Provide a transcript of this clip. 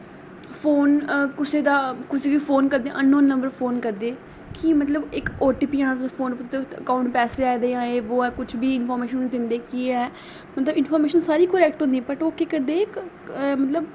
phone कुसै दा कुसैगी फ़ोन करदे अननौन नम्बर पर फ़ोन करदे कि मतलब इक ओटीपी औना तुसें फ़ोन उप्पर अकाऊंट च पैसे आए दे जां ओह् बो किश बी इनफार्मेशन दिंदे कि एह् मतलब इनफार्मेशन सारी करैक्ट होंदी ऐ बॅट ओह् केह् करदे मतलब